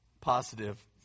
positive